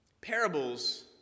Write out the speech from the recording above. parables